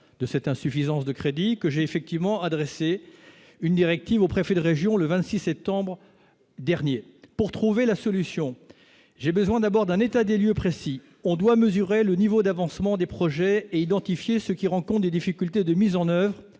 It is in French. de cette insuffisance de crédit que j'ai effectivement adressé une directive aux préfets de région le 26 septembre dernier pour trouver la solution, j'ai besoin d'abord d'un état des lieux précis on doit mesurer le niveau d'avancement des projets et identifier ce qui rencontre des difficultés de mise en oeuvre